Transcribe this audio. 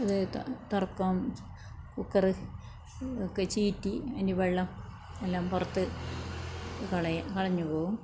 തുറക്കാൻ കുക്കറ് ഒക്കെ ചീറ്റി അതിൻ്റെ വെള്ളം എല്ലാം പുറത്ത് കളയാം കളഞ്ഞു പോവും